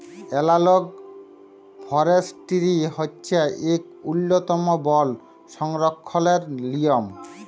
এলালগ forestry হছে ইক উল্ল্যতম বল সংরখ্খলের লিয়ম